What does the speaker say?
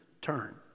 turn